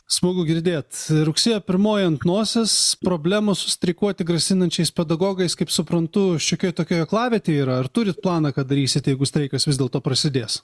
smagu girdėt rugsėjo pirmoji ant nosies problemos su streikuoti grasinančiais pedagogais kaip suprantu šiokioj tokioj aklavietėj yra ar turit planą ką darysit jeigu streikas vis dėlto prasidės